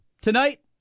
Tonight